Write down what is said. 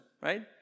right